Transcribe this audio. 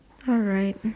alright